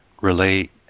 relate